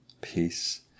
peace